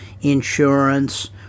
insurance